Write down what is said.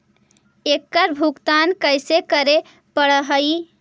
एकड़ भुगतान कैसे करे पड़हई?